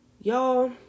Y'all